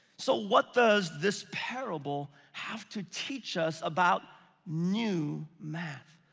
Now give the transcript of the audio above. so what does this parable have to teach us about new math?